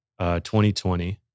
2020